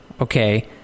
okay